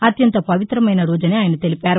అత్యంత పవిత్రమైన రోజని ఆయన తెలిపారు